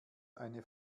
eine